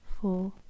four